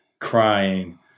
crying